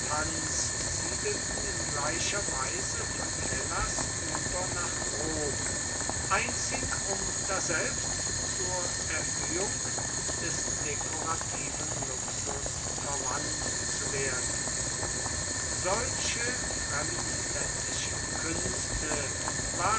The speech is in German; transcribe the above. in gleicher weise von hellas über nach rom einzig um daselbst zur erhöhung des dekorativen luxus verwandt zu werden solche fremdländischen künste waren